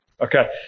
okay